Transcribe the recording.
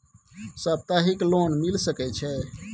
सप्ताहिक लोन मिल सके छै?